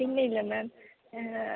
പിന്നെ ഇല്ലേ മാം